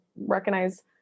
recognize